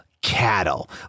Cattle